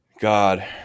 God